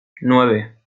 nueve